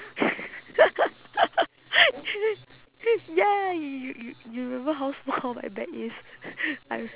ya you you you you remember how small my bag is I r~